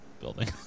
building